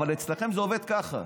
אבל אצלכם זה עובד ככה,